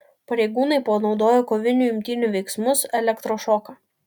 pareigūnai panaudojo kovinių imtynių veiksmus elektrošoką